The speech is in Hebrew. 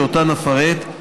שאותן אפרט,